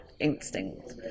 instinct